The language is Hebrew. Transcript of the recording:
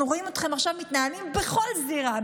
אנחנו רואים אתכם עכשיו מתנהלים בכל זירה,